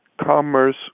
Commerce